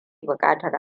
buƙatar